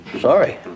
Sorry